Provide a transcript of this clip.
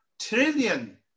trillion